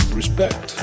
respect